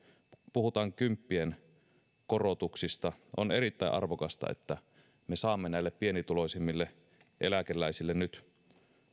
puhutaan kymppien korotuksista on erittäin arvokasta että me saamme näille pienituloisimmille eläkeläisille nyt